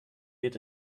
wird